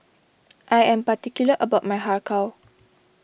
I am particular about my Har Kow